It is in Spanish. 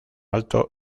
alto